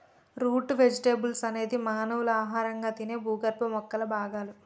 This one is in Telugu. రూట్ వెజిటెబుల్స్ అనేది మానవులు ఆహారంగా తినే భూగర్భ మొక్కల భాగాలు